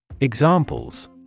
Examples